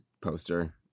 poster